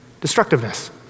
Destructiveness